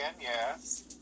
Yes